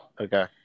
Okay